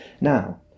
Now